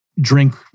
drink